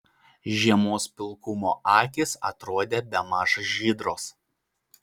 žiemos pilkumo akys atrodė bemaž žydros